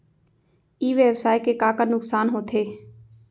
ई व्यवसाय के का का नुक़सान होथे?